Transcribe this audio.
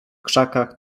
krzakach